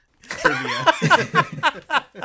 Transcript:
trivia